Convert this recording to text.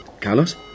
Carlos